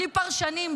בלי פרשנים,